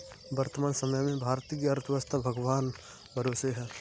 वर्तमान समय में भारत की अर्थव्यस्था भगवान भरोसे है